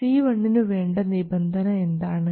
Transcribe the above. C1 നു വേണ്ട നിബന്ധന എന്താണ്